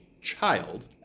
child